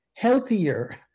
healthier